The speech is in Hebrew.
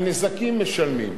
על נזקים משלמים.